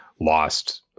lost